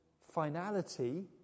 finality